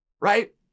Right